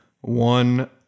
one